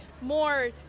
more